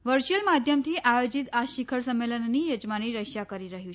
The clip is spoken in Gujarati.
વર્ચ્યુઅલ માધ્યમથી આયોજિત આ શિખર સંમેલનની યજમાની રશિયા કરી રહ્યું છે